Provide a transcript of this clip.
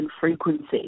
frequency